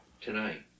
tonight